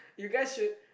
you guys should